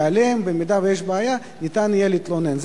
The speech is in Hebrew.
שבמידה שיש בעיה ניתן יהיה להתלונן עליהם.